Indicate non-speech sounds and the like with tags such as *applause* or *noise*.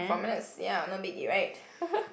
four minutes ya no biggie right *laughs*